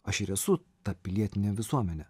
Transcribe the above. aš ir esu ta pilietinė visuomenė